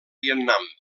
vietnam